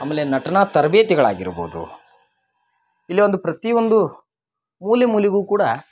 ಆಮೇಲೆ ನಟನ ತರಬೇತಿಗಳಾಗಿರ್ಬೋದು ಇಲ್ಲಿ ಒಂದು ಪ್ರತಿ ಒಂದು ಮೂಲೆ ಮೂಲೆಗು ಕೂಡ